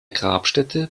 grabstätte